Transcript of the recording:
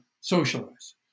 socialize